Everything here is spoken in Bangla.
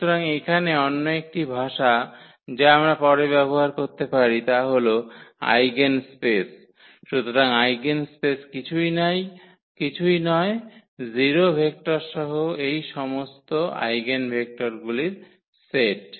সুতরাং এখানে অন্য একটি ভাষা যা আমরা পরে ব্যবহার করতে পারি তা হল আইগেনস্পেস সুতরাং আইগেনস্পেস কিছুই নয় 0 ভেক্টর সহ এই সমস্ত আইগেনভেক্টরগুলির সেট